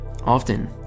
Often